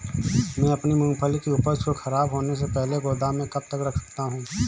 मैं अपनी मूँगफली की उपज को ख़राब होने से पहले गोदाम में कब तक रख सकता हूँ?